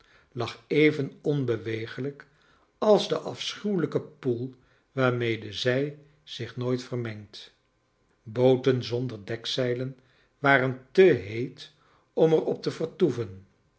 lag even onbewegelijk als de afschuweliike poel waai mede zij zich nooit vermengt booten zonder dekzeilen waren te heet om er op te vertoeven